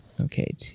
Okay